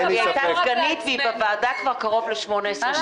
אבל היא היתה סגנית והיא בוועדה כבר קרוב ל-18 שנים.